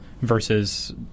versus